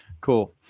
Cool